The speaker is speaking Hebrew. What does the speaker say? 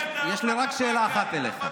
יש לי רק שאלה אחת אליך,